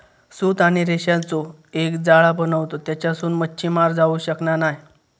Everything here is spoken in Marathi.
सूत आणि रेशांचो एक जाळा बनवतत तेच्यासून मच्छी पार जाऊ शकना नाय